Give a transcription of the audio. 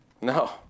No